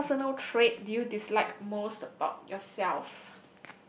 what personal trait do you dislike most about yourself